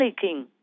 king